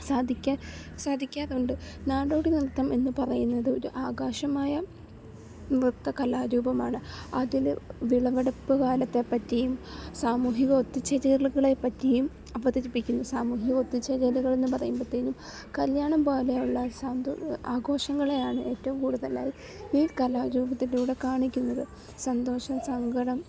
സാധിക്ക സാധിക്കാറുണ്ട് നാടോടി നൃത്തം എന്ന് പറയുന്നത് ഒരു ആഘോഷമായ നൃത്ത കലാരൂപമാണ് അതില് വിളവെടുപ്പ് കാലത്തെ പറ്റിയും സാമൂഹിക ഒത്തുചേരലുകളെ പറ്റിയും അവതരിപ്പിക്കുന്ന സാമൂഹിക ഒത്തുചേരലുകളെന്ന് പറയുമ്പഴത്തേനും കല്യാണം പോലെയുള്ള ആഘോഷങ്ങളെയാണ് ഏറ്റവും കൂടുതല് ഈ കലാരൂപത്തിലൂടെ കാണിക്കുന്നത് സന്തോഷം സങ്കടം